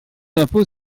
l’impôt